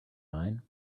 mine